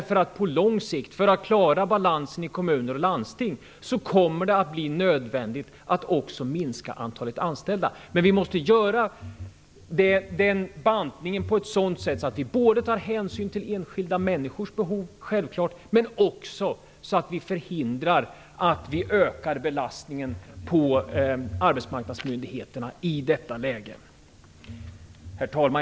För att vi på lång sikt skall kunna klara balansen i kommuner och landsting kommer det nämligen att bli nödvändigt att också minska antalet anställda. Men vi måste göra den bantningen på ett sådant sätt att vi både tar hänsyn till enskilda människors behov och förhindrar en ökad belastning på arbetsmarknadsmyndigheterna i detta läge. Herr talman!